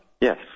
Yes